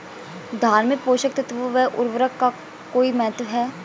धान में पोषक तत्वों व उर्वरक का कोई महत्व है?